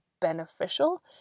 beneficial